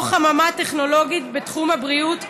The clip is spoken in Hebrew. או חממה טכנולוגית בתחום הבריאות,